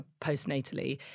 postnatally